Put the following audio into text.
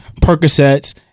Percocets